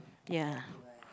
ya